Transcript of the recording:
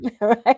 right